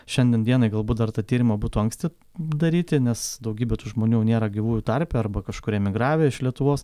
šiandien dienai galbūt dar tą tyrimą būtų anksti daryti nes daugybė tų žmonių jau nėra gyvųjų tarpe arba kažkur emigravę iš lietuvos